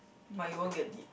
but you won't get it